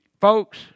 Folks